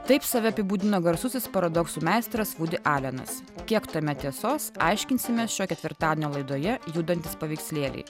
taip save apibūdino garsusis paradoksų meistras vudi alenas kiek tame tiesos aiškinsimės šio ketvirtadienio laidoje judantys paveikslėliai